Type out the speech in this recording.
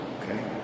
okay